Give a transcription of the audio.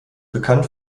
bekannt